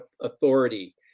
authority